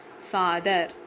Father